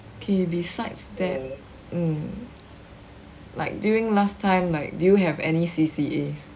kay besides that mm like during last time like do you have any C_C_As